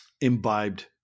imbibed